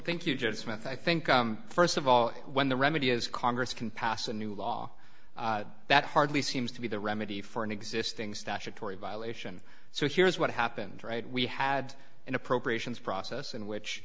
meant i think st of all when the remedy is congress can pass a new law that hardly seems to be the remedy for an existing statutory violation so here's what happened right we had an appropriations process in which